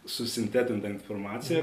susintetintą informaciją